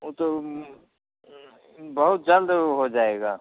वह तो बहुत जल्द वह हो जाएगा